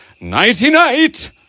Nighty-night